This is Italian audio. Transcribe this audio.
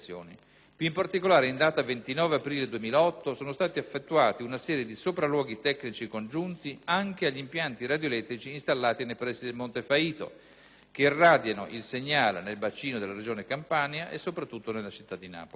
in particolare, in data 29 aprile 2008 è stata effettuata una serie di sopralluoghi tecnici congiunti anche agli impianti radioelettrici installati nei pressi del Monte Faito, che irradiano il segnale nel bacino della Regione Campania e, soprattutto, nella città di Napoli.